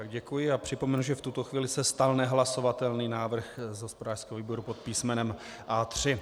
Děkuji a připomenu, že v tuto chvíli se stal nehlasovatelným návrh z hospodářského výboru pod písmenem A3.